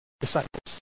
disciples